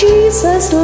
Jesus